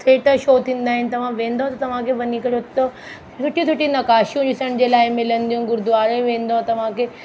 theatre show थींदा आहिनि तव्हां वेंदा त तव्हां खे वञी करे तव्हां खे हुतां सुठी सुठी नक्काशियूं ॾिसण जे लाइ मिलंदियूं गुरुद्वारे वेंदव तव्हां खे